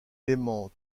élément